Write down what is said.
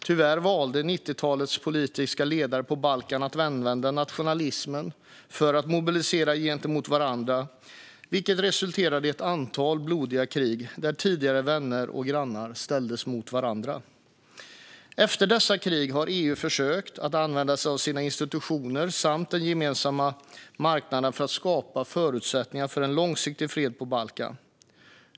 Tyvärr valde 90-talets politiska ledare på Balkan att använda nationalismen för att mobilisera gentemot varandra, vilket resulterade i ett antal blodiga krig, där tidigare vänner och grannar ställdes mot varandra. Efter dessa krig har EU försökt att använda sig av sina institutioner samt den gemensamma marknaden för att skapa förutsättningar för en långsiktig fred på Balkan.